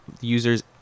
users